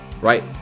Right